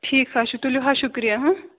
ٹھیٖک حظ چھُ تُلِو حظ شُکریہ